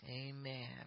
Amen